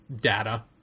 data